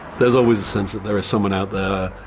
there is always a sense that there is someone out there,